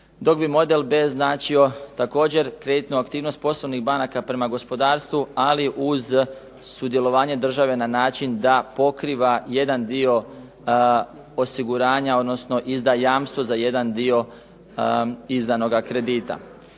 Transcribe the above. dok bi model B značio također kreditnu aktivnost poslovnih banaka prema gospodarstvu, ali uz sudjelovanje države na način da pokriva jedan dio osiguranja odnosno izdaje jamstvo za jedan dio izdanoga kredita.